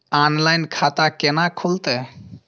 Online खाता केना खुलते?